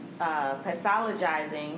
pathologizing